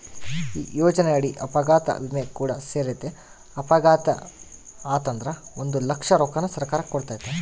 ಈ ಯೋಜನೆಯಡಿ ಅಪಘಾತ ವಿಮೆ ಕೂಡ ಸೇರೆತೆ, ಅಪಘಾತೆ ಆತಂದ್ರ ಒಂದು ಲಕ್ಷ ರೊಕ್ಕನ ಸರ್ಕಾರ ಕೊಡ್ತತೆ